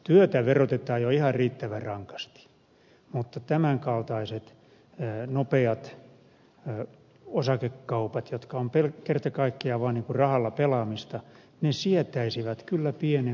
työtä verotetaan jo ihan riittävän rankasti mutta tämän kaltaiset nopeat osakekaupat jotka ovat kerta kaikkiaan vaan rahalla pelaamista ne sietäisivät kyllä pienen veron